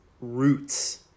roots